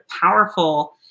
powerful